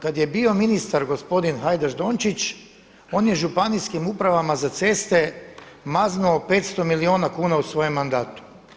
Kada je bio ministar gospodin Hajdaš Dončić on je Županijskim upravama za ceste maznuo 500 milijuna kuna u svojem mandatu.